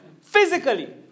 Physically